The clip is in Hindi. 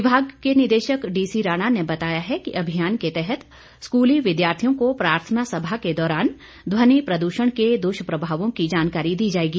विभाग के निदेशक डीसी राणा ने बताया है कि अभियान के तहत स्कूली विद्यार्थियों को प्रार्थना सभा के दौरान ध्वनि प्रदूषण के दृष्प्रभावों की जानकारी दी जाएगी